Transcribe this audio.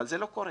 אבל זה לא קורה.